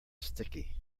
sticky